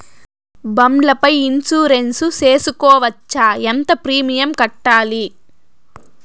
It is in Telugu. బండ్ల పై ఇన్సూరెన్సు సేసుకోవచ్చా? ఎంత ప్రీమియం కట్టాలి?